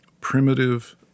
primitive